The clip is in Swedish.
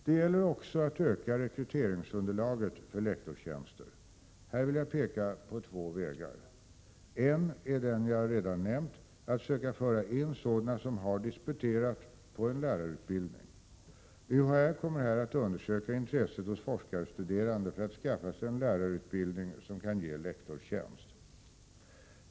Det gäller också att öka rekryteringsunderlaget för lektorstjänster. Här vill jag peka på två vägar. En är den jag redan nämnt — att söka föra in sådana som har disputerat på en lärarutbildning. UHÄ kommer här att undersöka intresset hos forskarstuderande för att skaffa sig en lärarutbildning som kan ge lektorstjänst.